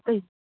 ꯑꯇꯩ